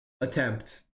attempt